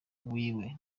wiwe